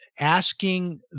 Asking